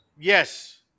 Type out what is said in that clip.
Yes